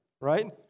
right